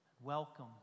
Welcome